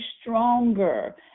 stronger